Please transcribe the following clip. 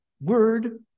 word